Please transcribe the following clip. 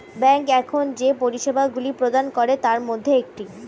bank এখন যে পরিষেবাগুলি প্রদান করে তার মধ্যে একটি